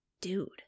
Dude